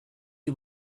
you